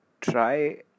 try